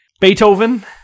Beethoven